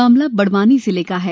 मामला बड़वानी जिले का है